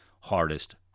hardest